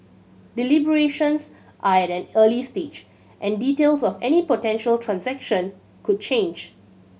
deliberations are at an early stage and details of any potential transaction could change